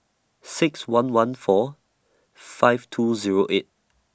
six one one four five two Zero eight